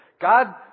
God